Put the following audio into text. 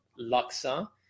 laksa